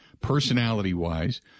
personality-wise